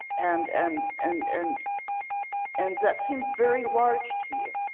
and and and and and that seems very large to you,